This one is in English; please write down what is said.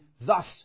thus